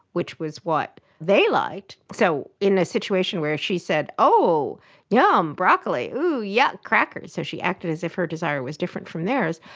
which was what they liked, so when a situation where she said, oh yum, broccoli. oh yuk, crackers so she acted as if her desire was different from theirs,